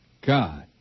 God